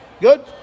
Good